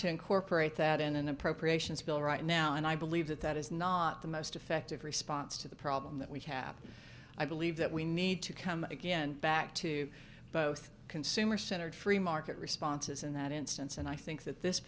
to incorporate that in an appropriations bill right now and i believe that that is not the most effective response to the problem that we have i believe that we need to come again back to both consumer centered free market responses in that instance and i think that this